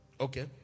Okay